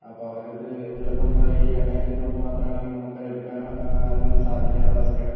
അപ്പോൾ അവരടുത്ത് ചിലപ്പം എന്താ പറയാ ഈ രണ്ടായിരത്തിൻ്റെ നോട്ട് മാത്രമാണെങ്കിൽ നമുക്കത് എടുക്കാനോ അതിനൊന്നും സാധിക്കാത്ത അവസ്ഥയാണ്